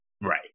Right